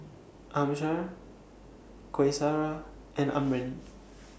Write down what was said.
Amsyar Qaisara and Amrin